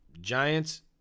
giants